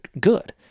good